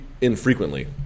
infrequently